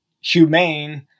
humane